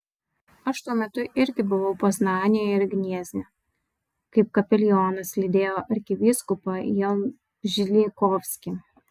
aš tuo metu irgi buvau poznanėje ir gniezne kaip kapelionas lydėjau arkivyskupą jalbžykovskį